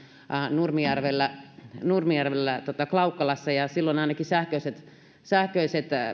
nurmijärvellä nurmijärvellä klaukkalassa ja silloin ainakin sähköiset sähköiset